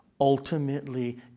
ultimately